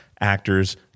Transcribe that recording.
actors